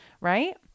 right